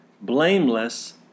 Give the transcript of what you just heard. blameless